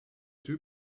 too